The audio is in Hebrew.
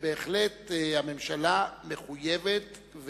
ובהחלט הממשלה מחויבת,